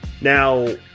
Now